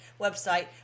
website